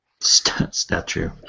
Statue